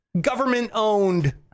Government-owned